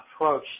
approach